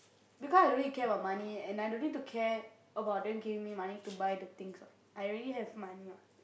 because I don't need to care about money and I don't need to care about them giving me money to buy the things what I already have money what